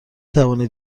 توانید